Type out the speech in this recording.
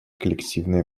коллективные